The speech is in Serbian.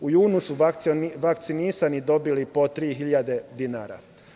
U junu su vakcinisani dobili po 3.000 dinara.